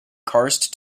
karst